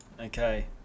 Okay